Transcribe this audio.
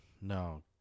No